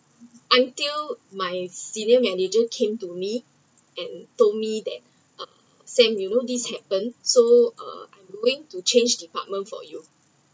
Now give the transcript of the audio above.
until my senior manager came to me and told me that uh sam you know this happened so uh I going to change department for you